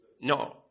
No